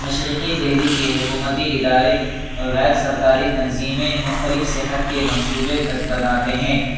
مشرقی دہلی کے حکومتی ادارے غیر سرکاری تنظیمیں مختلف صحت کے منصوبے تد بناتے ہیں